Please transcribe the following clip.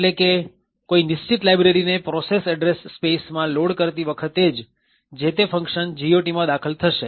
એટલે કે કોઈ નિશ્ચિત લાયબ્રેરી ને પ્રોસેસ એડ્રેસ સ્પેસ માં લોડ કરતી વખતે જ જે તે ફંકશન GOTમાં દાખલ થશે